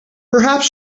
perhaps